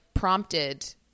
prompted